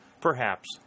Perhaps